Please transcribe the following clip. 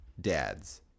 dads